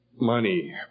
money